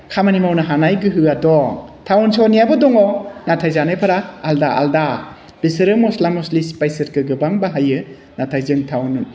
खामानि मावनो हानाय गोहोया दं टाउन सहरनियाबो दङ नाथाय जानायफोरा आलादा आलादा बिसोरो मस्ला मस्लि स्पाइसेसखौ गोबां बाहायो नाथाय जों टाउन